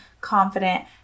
confident